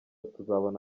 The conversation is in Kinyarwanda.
tuzabona